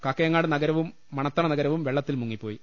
കാക്കയങ്ങാട് നഗരവും മണത്തണ നഗരവും വെള്ള ത്തിൽ മുങ്ങിപ്പോയി